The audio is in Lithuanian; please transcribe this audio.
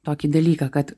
tokį dalyką kad